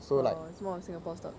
oh so more of singapore stock